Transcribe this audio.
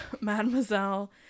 Mademoiselle